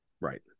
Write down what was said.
right